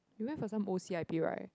you went for some O c_i_p right